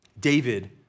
David